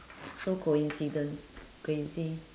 so coincidence crazy